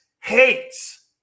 hates